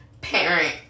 parent